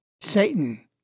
Satan